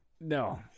No